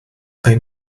ein